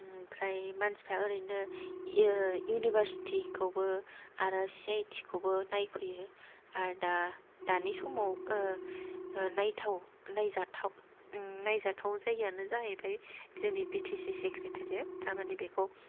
आमफ्राय मानसिफोरा ओरैनो इउनिभारसिटीखौबो आरो सि आइ टि खौबो नायफैयो आरो दा दानि समाव नायथाव नायजाथाव नायजाथाव जायगायानो जाहैबाय जोंनि बि टि सि सेक्रेटारियेट थारमानि बेखौ